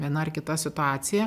viena ar kita situacija